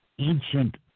ancient